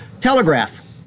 Telegraph